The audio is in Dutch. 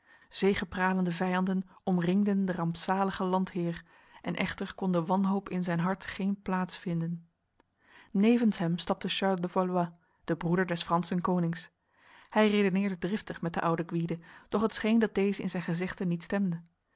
zegepralende vijanden omringden de rampzalige landheer en echter kon de wanhoop in zijn hart geen plaats vinden nevens hem stapte charles de valois de broeder des fransen konings hij redeneerde driftig met de oude gwyde doch het scheen dat deze in zijn gezegde niet stemde